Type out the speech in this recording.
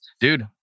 Dude